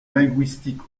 linguistique